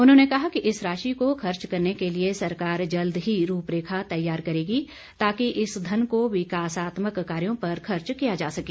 उन्होंने कहा कि इस राशि को खर्च करने के लिए सरकार जल्द ही रूपरेखा तैयार करेगी ताकि इस धन को विकासात्मक कार्यों पर खर्च किया जा सके